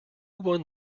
won